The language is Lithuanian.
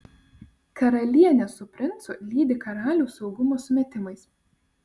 karalienė su princu lydi karalių saugumo sumetimais